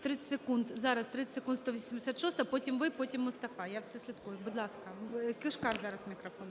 30 секунд. Зараз, 30 секунд, 186-а, потім ви, потім Мустафа. Я все слідкую. Будь ласка, Кишкар зараз мікрофон.